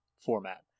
format